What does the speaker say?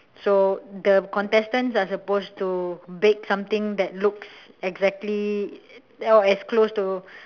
so the contestants are suppose to bake something that looks exactly or as close to